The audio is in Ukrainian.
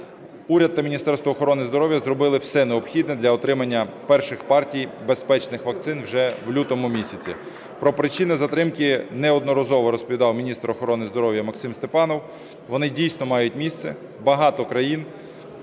Уряд та Міністерство охорони здоров'я зробили все необхідне для отримання перших партій безпечних вакцин вже в лютому місяці. Про причини затримки неодноразово розповідав міністр охорони здоров'я Максим Степанов, вони, дійсно, мають місце. Багато країн,